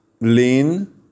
lean